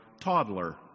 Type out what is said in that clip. toddler